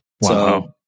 Wow